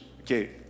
Okay